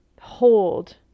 hold